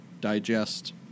digest